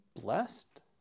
blessed